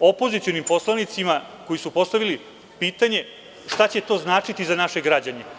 opozicionim poslanicima koji su postavili pitanje šta će to značiti za naše građane?